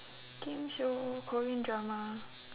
game show korean drama